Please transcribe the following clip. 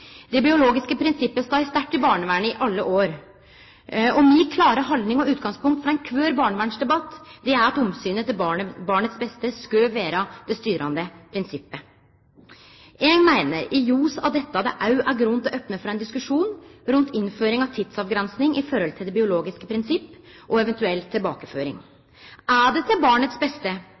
Det biologiske prinsippet har stått sterkt i barnevernet i alle år. Mi klare haldning og mitt utgangspunkt for kvar barnevernsdebatt er at omsynet til barnets beste skal vere det styrande prinsippet. Eg meiner det i ljos av dette òg er grunn til å opne for ein diskusjon rundt innføring av tidsavgrensing i forhold til det biologiske prinsippet og eventuell tilbakeføring. Er det til barnets beste